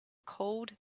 cold